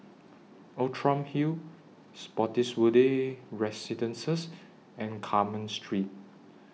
Outram Hill Spottiswoode Residences and Carmen Street